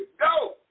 go